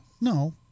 No